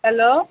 hello